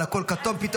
אבל פתאום הכול כתום.